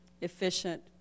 efficient